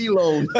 loan